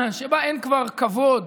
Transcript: שבה אין כבר כבוד